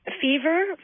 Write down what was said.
Fever